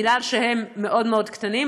כי הם מאוד מאוד קטנים.